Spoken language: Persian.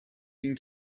این